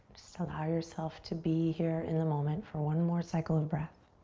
just allow yourself to be here in the moment for one more cycle of breath.